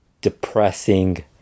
depressing